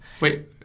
Wait